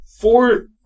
four